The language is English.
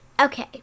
Okay